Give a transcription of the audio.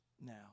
now